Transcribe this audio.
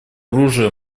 оружие